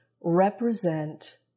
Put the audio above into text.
represent